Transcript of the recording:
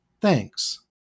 Thanks